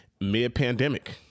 mid-pandemic